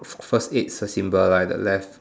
first aid s~ symbol lah the left